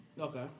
Okay